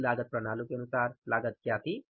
कुल लागत प्रणाली के अनुसार लागत क्या थी